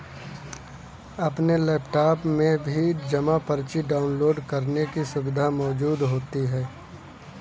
अपने लैपटाप में भी जमा पर्ची डाउनलोड करने की सुविधा मौजूद होती है